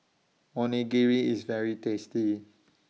Onigiri IS very tasty